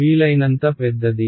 వీలైనంత పెద్దది